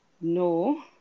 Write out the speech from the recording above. no